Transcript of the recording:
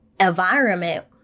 environment